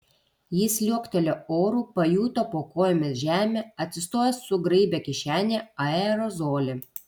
jis liuoktelėjo oru pajuto po kojomis žemę atsistojęs sugraibė kišenėje aerozolį